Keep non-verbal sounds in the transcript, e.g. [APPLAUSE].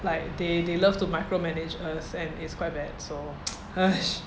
like they they love to micromanage us and it's quite a bad [NOISE] !hais!